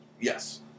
Yes